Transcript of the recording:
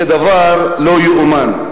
זה דבר לא ייאמן.